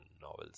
novels